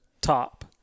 top